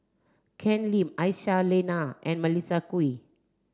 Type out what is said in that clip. Ken Lim Aisyah Lyana and Melissa Kwee